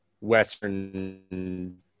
western